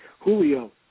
Julio